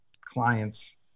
clients